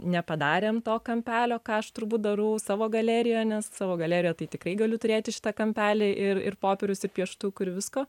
nepadarėm to kampelio ką aš turbūt darau savo galerijoje nes savo galerijoje tai tikrai galiu turėti šitą kampelį ir ir popieriaus ir pieštukų ir visko